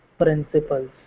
principles